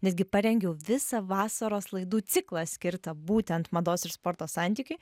netgi parengiau visą vasaros laidų ciklą skirtą būtent mados ir sporto santykiui